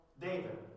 David